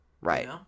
right